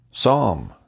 Psalm